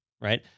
right